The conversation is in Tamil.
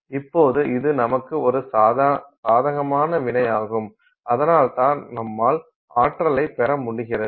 இப்போது இது நமக்கு ஒரு சாதகமான வினையாகும் அதனால்தான் நம்மால் ஆற்றலைப் பெற முடிகிறது